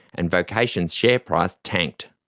and vocation's share price tanked.